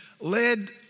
led